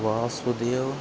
वासुदेवः